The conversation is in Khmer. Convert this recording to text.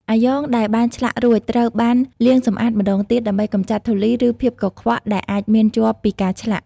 អាយ៉ងដែលបានឆ្លាក់រួចត្រូវបានលាងសម្អាតម្តងទៀតដើម្បីកម្ចាត់ធូលីឬភាពកខ្វក់ដែលអាចមានជាប់ពីការឆ្លាក់។